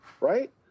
right